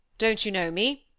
don't you know me?